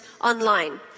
online